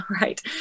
right